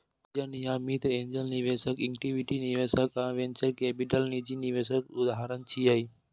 परिजन या मित्र, एंजेल निवेशक, इक्विटी निवेशक आ वेंचर कैपिटल निजी निवेशक उदाहरण छियै